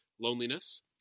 Loneliness